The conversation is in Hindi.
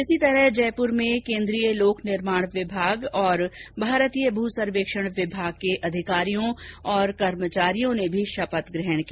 इसी तरह जयपुर में केन्द्रीय लोक निर्माण विभाग और भारतीय भू सर्वेक्षण विभाग के अधिकारियों और कर्मचारियों ने भी शपथ ग्रहण की